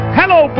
hello